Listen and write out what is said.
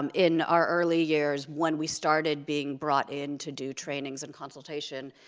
um in our early years, when we started being brought in to do trainings and consultation